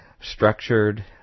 structured